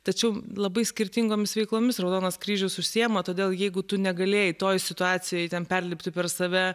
tačiau labai skirtingomis veiklomis raudonas kryžius užsiima todėl jeigu tu negalėjai toj situacijoj ten perlipti per save